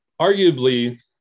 arguably